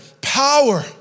power